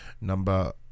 Number